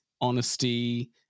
honesty